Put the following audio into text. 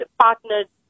partners